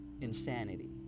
insanity